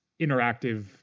interactive